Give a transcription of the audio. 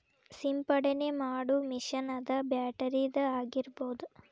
ಸಿಂಪಡನೆ ಮಾಡು ಮಿಷನ್ ಅದ ಬ್ಯಾಟರಿದ ಆಗಿರಬಹುದ